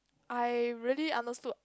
I really understood